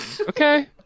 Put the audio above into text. Okay